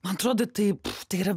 man atrodo taip tai yra